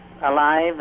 Alive